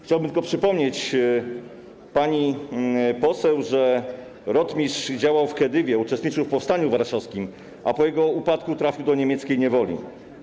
Chciałbym tylko przypomnieć pani poseł, że rotmistrz działał w Kedywie, uczestniczył w powstaniu warszawskim, a po jego upadku trafił do niemieckiej niewoli.